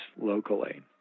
locally